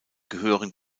gehören